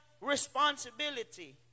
responsibility